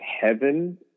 heaven